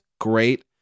great